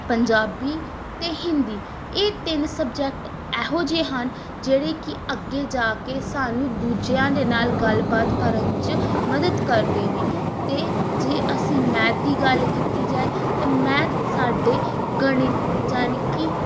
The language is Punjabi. ਪੰਜਾਬੀ ਅਤੇ ਹਿੰਦੀ ਇਹ ਤਿੰਨ ਸਬਜੈਕਟ ਇਹੋ ਜਿਹੇ ਹਨ ਜਿਹੜੇ ਕਿ ਅੱਗੇ ਜਾ ਕੇ ਸਾਨੂੰ ਦੂਜਿਆਂ ਦੇ ਨਾਲ ਗੱਲਬਾਤ ਕਰਨ 'ਚ ਮਦਦ ਕਰਦੇ ਨੇ ਅਤੇ ਜੇ ਅਸੀਂ ਮੈਥ ਦੀ ਗੱਲ ਕੀਤੀ ਜਾਵੇ ਤਾਂ ਮੈਥ ਸਾਡੇ ਗਣਿਤ ਯਾਨੀ ਕਿ